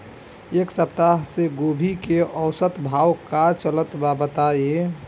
एक सप्ताह से गोभी के औसत भाव का चलत बा बताई?